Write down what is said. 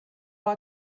are